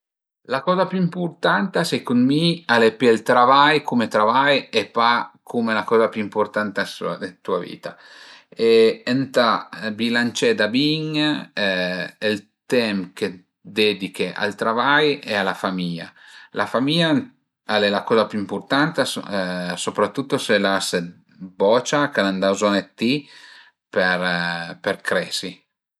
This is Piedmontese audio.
La coza pi ëmpurtanta secund mi al pìé ël travai cume travai e pa cume la coza pi ëmpurtanta dë tua e ëntà bilancé da bin ël temp che dediche al travai e a la famìa. La famìa al e la coza pi ëmpurtanta, soprattutto se l'as d'bocia ch'al an da bëzogn d'ti per per cresi